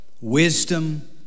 Wisdom